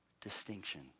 distinction